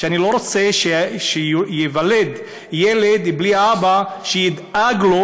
שאני לא רוצה שייוולד ילד בלי אבא שידאג לו.